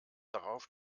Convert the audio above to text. darauf